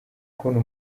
kubona